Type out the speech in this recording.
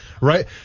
right